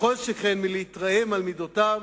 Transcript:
וכל שכן מלהתרעם על מידותיו